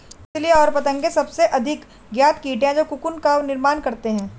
तितलियाँ और पतंगे शायद सबसे अधिक ज्ञात कीट हैं जो कोकून का निर्माण करते हैं